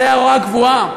זו הייתה הוראה קבועה,